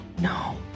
No